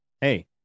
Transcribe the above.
hey